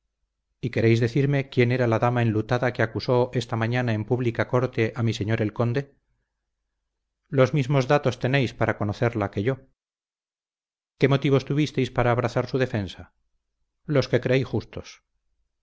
y queréis decirme quién era la dama enlutada que acusó esta mañana en pública corte a mi señor el conde los mismos datos tenéis para conocerla que yo qué motivos tuvisteis para abrazar su defensa los que creí justos